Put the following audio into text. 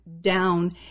down